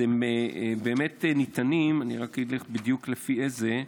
הם באמת ניתנים, אני אגיד לך בדיוק איזה.